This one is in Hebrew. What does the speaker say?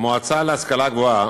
המועצה להשכלה גבוהה